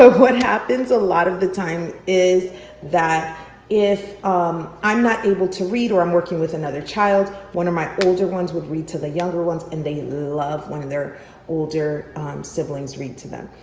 what happens a lot of the time, is that if um i'm not able to read or i'm working with another child, one of my older ones would read to the younger ones, and they love one of their older siblings read to them.